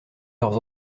leurs